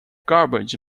garbage